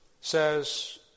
says